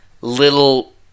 little